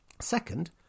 Second